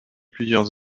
plusieurs